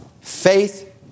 Faith